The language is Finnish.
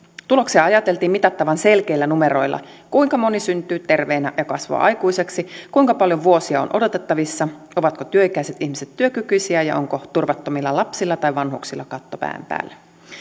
tuloksia ajateltiin mitattavan selkeillä numeroilla kuinka moni syntyy terveenä ja kasvaa aikuiseksi kuinka paljon vuosia on odotettavissa ovatko työikäiset ihmiset työkykyisiä ja onko turvattomilla lapsilla tai vanhuksilla katto pään päällä